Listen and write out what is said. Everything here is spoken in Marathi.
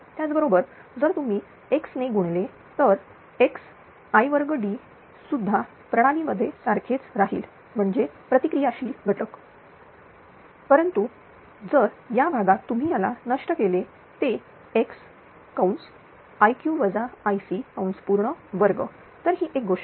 त्याचबरोबर जर तुम्ही x ने गुणले तर xi2d सुद्धा प्रणालीमध्ये सारखेच राहील म्हणजे प्रतिक्रिया शीला घटक परंतु या भागात जर तुम्ही याला नष्ट केले ते x 2 तर ही एक गोष्ट